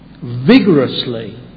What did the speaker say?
vigorously